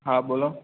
હા બોલો